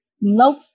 Nope